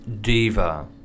diva